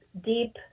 deep